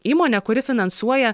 įmonę kuri finansuoja